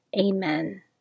Amen